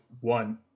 one